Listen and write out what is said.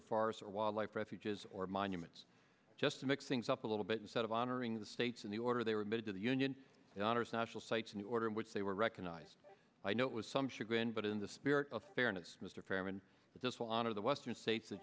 of farce or wildlife refuges or monuments just to mix things up a little bit instead of honoring the states in the order they were made to the union honors national sites in order in which they were recognized i know it was some chagrin but in the spirit of fairness mr chairman just a lot of the western states t